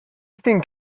think